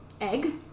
egg